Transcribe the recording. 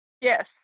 Yes